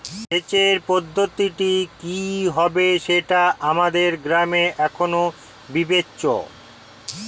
সেচের পদ্ধতিটি কি হবে সেটা আমাদের গ্রামে এখনো বিবেচ্য